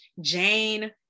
Jane